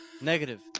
Negative